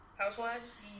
housewives